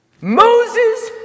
Moses